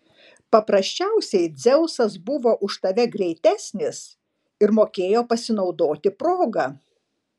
paprasčiausiai dzeusas buvo už tave greitesnis ir mokėjo pasinaudoti proga